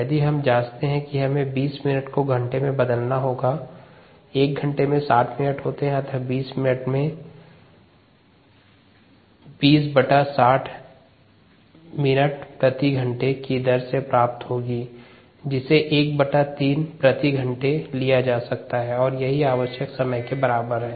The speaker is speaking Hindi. यदि हम जाँचते हैं कि हमें 20 मिनट्स को घंटे में बदलना होगा एक घंटे में 60 मिनट होते है अतः 20 मिनट 60 मिनट प्रति घंटे की दर प्राप्त होगी जिसे 13 प्रति घंटे भी लिया जा सकता है और यह आवश्यक समय के बराबर है